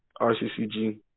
RCCG